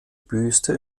büste